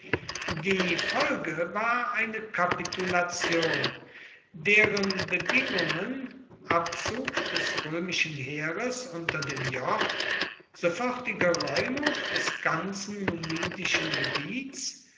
die folge war eine kapitulation deren bedingungen abzug des römischen heeres unter dem joch sofortige räumung des ganzen numidischen gebiets